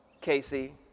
Casey